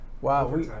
Wow